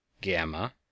gamma